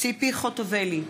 ציפי חוטובלי,